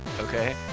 okay